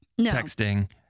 texting